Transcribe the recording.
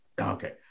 Okay